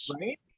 Right